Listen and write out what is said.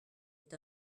est